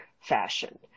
fashion